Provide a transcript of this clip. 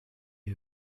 you